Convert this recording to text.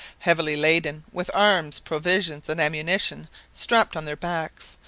heavily laden, with arms, provisions, and ammunition strapped on their backs,